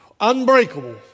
Unbreakable